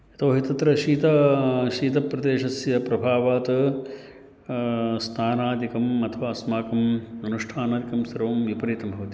यतोहि तत्र शीत शीतप्रदेशस्य प्रभावात् स्थानादिकम् अथवा अस्माकम् अनुष्ठानादिकं सर्वं विपरीतं भवति